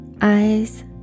eyes